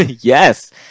Yes